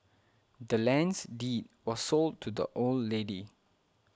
the land's deed was sold to the old lady